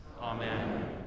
Amen